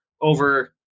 over